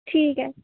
ठीक ऐ